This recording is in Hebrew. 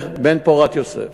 בן פורת יוסף.